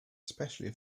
especially